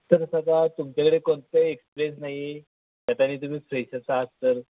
sir तसा तुमच्याकडे कोणताही एक्सपिरियन्स नाही त्यात आणि तुम्ही फ्रेशर्स आहात सर